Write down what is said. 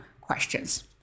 questions